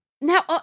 Now